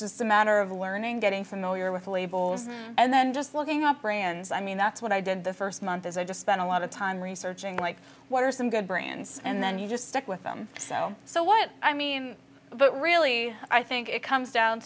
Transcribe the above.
just a matter of learning getting familiar with labels and then just looking up brands i mean that's what i did the first month as i just spent a lot of time researching like what are some good brands and then you just stick with them so so what i mean but really i think it comes down